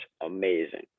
amazing